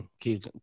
Keep